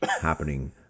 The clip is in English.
happening